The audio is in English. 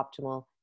optimal